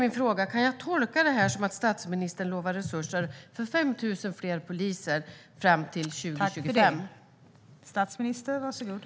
Min fråga är: Kan jag tolka detta som att statsministern utlovar resurser för 5 000 fler poliser fram till 2025?